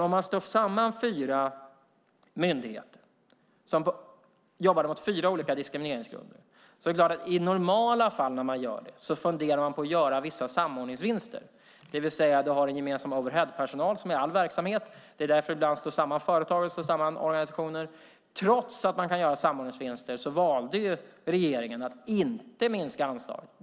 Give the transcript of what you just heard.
Om man slår samman fyra myndigheter som jobbat mot fyra olika diskrimineringsgrunder är det klart att man i normala fall funderar på att göra vissa samordningsvinster genom att man har gemensam "overheadpersonal" som i all verksamhet. Det är därför man ibland slår samman företag och organisationer. Trots att man kan göra samordningsvinster valde regeringen att inte minska anslagen.